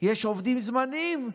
יש עובדים זמניים,